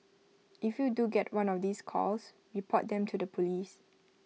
if you do get one of these calls report them to the Police